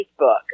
Facebook